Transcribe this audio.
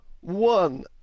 One